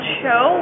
show